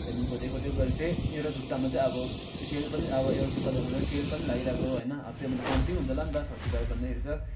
त्यहाँदेखि खोज्दै खोज्दै गएर चाहिँ एउटा जुत्तामा चाहिँ अब सेल पनि अब एउटा जुत्ता दोकानमा सेल पनि लागिरहेको होइन अब त्योभन्दा कम्ती हुन्छ होला नि त थर्टी फाइभ भन्दाखेरि चाहिँ